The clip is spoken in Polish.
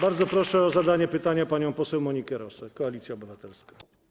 Bardzo proszę o zadanie pytania panią poseł Monikę Rosę, Koalicja Obywatelska.